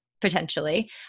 potentially